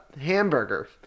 hamburger